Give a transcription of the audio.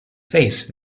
face